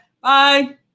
bye